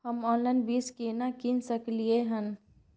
हम ऑनलाइन बीज केना कीन सकलियै हन?